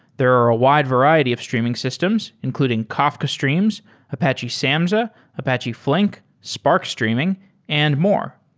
there are a wide variety of streaming systems, including kafka streams apache samsz, but apache flink, spark streaming and more.